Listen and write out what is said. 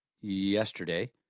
yesterday